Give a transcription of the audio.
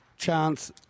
chance